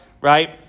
right